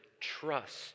trust